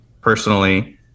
personally